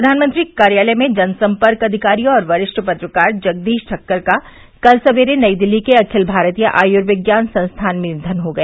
प्रधानमंत्री कार्यालय में जनसंपर्क अधिकारी और वरिष्ठ पत्रकार जगदीश ठक्कर का कल सवेरे नई दिल्ली के अखिल भारतीय आयुर्विज्ञान संस्थान में निघन हो गया